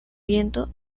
viento